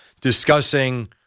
discussing